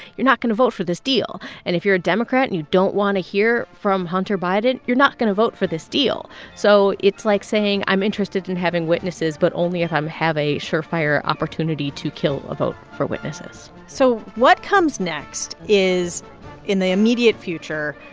you're not going to vote for this deal. and if you're a democrat and you don't want to hear from hunter biden, you're not going to vote for this deal. so it's like saying, i'm interested in having witnesses but only if i'm have a sure-fire opportunity to kill a vote for witnesses so what comes next is in the immediate future,